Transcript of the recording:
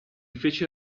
fece